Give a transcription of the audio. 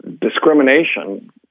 discrimination